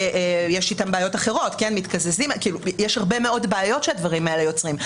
יש הרבה מאוד בעיות שהדברים האלה יוצרים,